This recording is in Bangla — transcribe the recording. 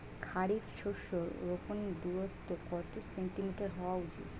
খারিফ শস্য রোপনের দূরত্ব কত সেন্টিমিটার হওয়া উচিৎ?